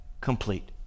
complete